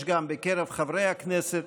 יש גם בקרב חברי הכנסת